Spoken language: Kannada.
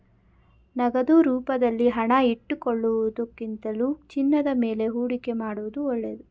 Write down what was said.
ನಗದು ರೂಪದಲ್ಲಿ ಹಣ ಇಟ್ಟುಕೊಳ್ಳುವುದಕ್ಕಿಂತಲೂ ಚಿನ್ನದ ಮೇಲೆ ಹೂಡಿಕೆ ಮಾಡುವುದು ಒಳ್ಳೆದು